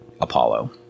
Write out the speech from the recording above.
Apollo